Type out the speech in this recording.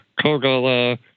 Kogala